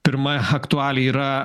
pirma aktuali yra